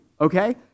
okay